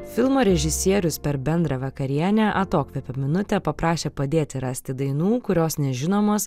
filmo režisierius per bendrą vakarienę atokvėpio minutę paprašė padėti rasti dainų kurios nežinomos